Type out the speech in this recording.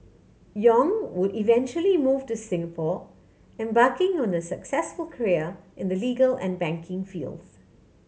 Yong would eventually move to Singapore embarking on a successful career in the legal and banking fields